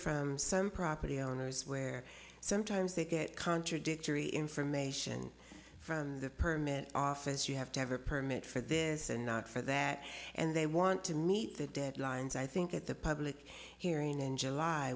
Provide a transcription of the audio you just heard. from some property owners where sometimes they get contradictory information from the permit office you have to have a permit for this and not for that and they want to meet the deadlines i think that the public hearing in july